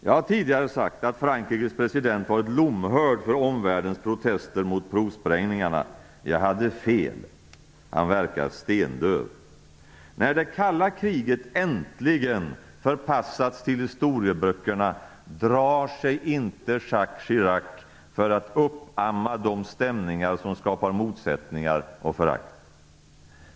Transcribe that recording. Jag har tidigare sagt att Frankrikes president varit lomhörd för omvärldens protester mot provsprängningarna. Jag hade fel. Han verkar stendöv. När det kalla kriget äntligen förpassats till historieböckerna drar sig inte Jacques Chirac för att uppamma de stämningar som skapar motsättningar och förakt.